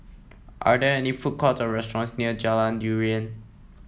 are there any food courts or restaurants near Jalan Durian